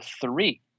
three